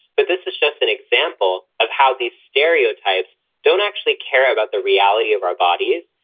but this is just an example of how these stereotypes don't actually care about the reality of our bodies.